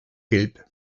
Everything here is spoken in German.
gelb